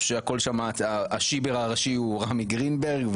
או שהשיבר הראשי הוא רמי גרינברג,